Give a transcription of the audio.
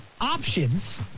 options